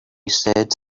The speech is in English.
said